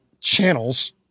channels